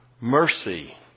mercy